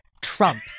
Trump